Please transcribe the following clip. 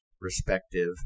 respective